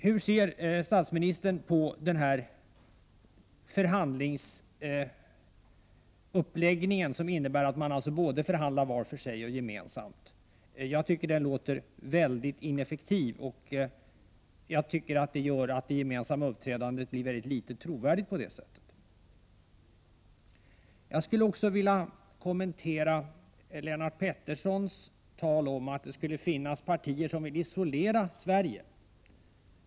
Hur ser statsministern på förhandlingsuppläggningen som innebär att man förhandlar både var för sig och gemensamt? Jag tycker den låter mycket ineffektiv. På det sättet tror jag att det gemensamma uppträdandet blir föga trovärdigt. Jag skulle också vilja kommentera Lennart Petterssons tal om att det skulle finnas partier som vill isolera Sverige.